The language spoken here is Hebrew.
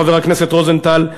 חבר הכנסת רוזנטל,